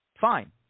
fine